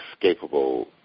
inescapable